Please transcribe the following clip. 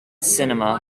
cinema